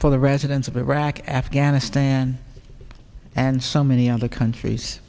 for the residents of iraq afghanistan and so many other countries